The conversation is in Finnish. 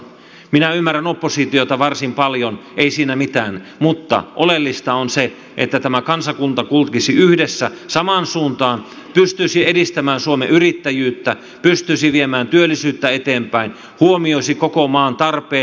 minä ymmärrän oppositiota varsin paljon ei siinä mitään mutta oleellista on se että tämä kansakunta kulkisi yhdessä samaan suuntaan pystyisi edistämään suomen yrittäjyyttä pystyisi viemään työllisyyttä eteenpäin huomioisi koko maan tarpeet